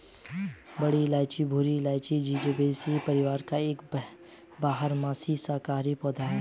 बड़ी इलायची भूरी इलायची, जिंजिबेरेसी परिवार का एक बारहमासी शाकाहारी पौधा है